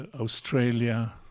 Australia